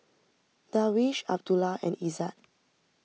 Darwish Abdullah and Izzat